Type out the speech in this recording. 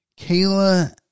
Kayla